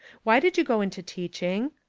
why did you go into teaching?